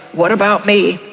what about me,